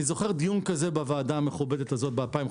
אני זוכר דיון כזה בוועדה המכובדת הזאת ב-2015.